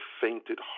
fainted